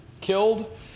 killed